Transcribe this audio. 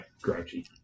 grouchy